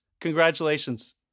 congratulations